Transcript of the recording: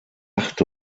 acht